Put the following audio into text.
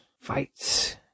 fights